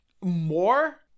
more